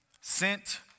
sent